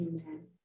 Amen